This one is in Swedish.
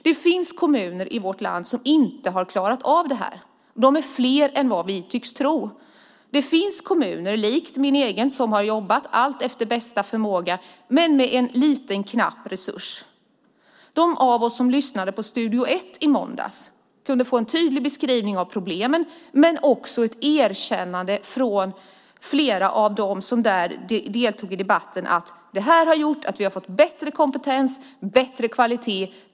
Det finns kommuner i vårt land som inte har klarat av detta. De är fler än vad vi tycks tro. Det finns kommuner, likt min hemkommun, som har jobbat efter bästa förmåga men med knappa resurser. De av oss som lyssnade på Studio Ett fick en tydlig beskrivning av problemen men också ett erkännande från flera av dem som deltog i debatten att det här har gjort att man har fått bättre kompetens och kvalitet.